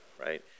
right